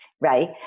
right